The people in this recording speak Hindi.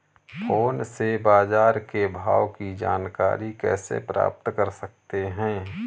फोन से बाजार के भाव की जानकारी कैसे प्राप्त कर सकते हैं?